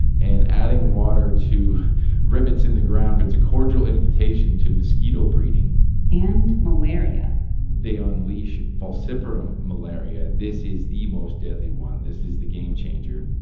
and adding water to rivets in the ground it's a cordial invitation to mosquito breeding and malaria they unleash falciparum malaria, and this is the most deadly one. this is the game changer.